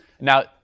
Now